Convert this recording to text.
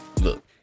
look